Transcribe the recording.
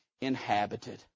inhabited